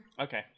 Okay